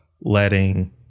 letting